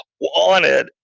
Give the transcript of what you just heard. wanted